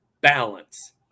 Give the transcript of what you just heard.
Balance